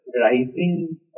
rising